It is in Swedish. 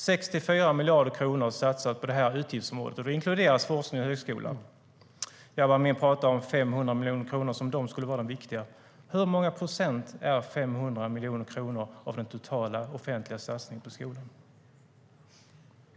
På det här utgiftsområdet satsas 64 miljarder kronor, och då inkluderas forskning och högskolan.